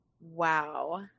wow